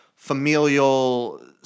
familial